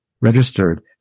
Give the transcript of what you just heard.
registered